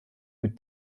mit